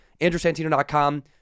AndrewSantino.com